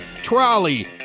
trolley